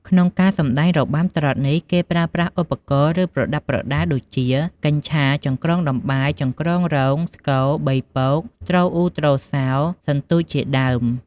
ក្នុងការសម្តែងរបាំត្រុដិនេះ គេប្រើប្រាស់ឧបករណ៍ ឬប្រដាប់ប្រដាដូចជា កញ្ឆារ ចង្ក្រង់ដំបែ ចង្ក្រង់រ៉ូង ស្គរ ប៉ីពក ទ្រអ៊ូ ទ្រសោ សន្ទូចជាដើម។